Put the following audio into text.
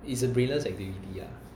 it's a brainless activity lah